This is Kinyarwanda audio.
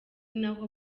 naho